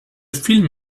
film